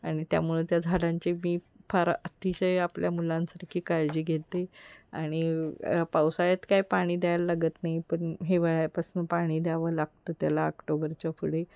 आणि त्यामुळं त्या झाडांचे मी फार अतिशय आपल्या मुलांसारखी काळजी घेते आणि पावसाळ्यात काय पाणी द्यायला लागत नाही पण हिवाळ्यापासून पाणी द्यावं लागतं त्याला आक्टोबरच्या पुढे